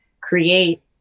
create